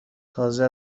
تازه